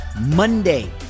Monday